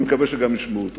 ואני מקווה שגם ישמעו אותו.